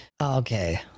okay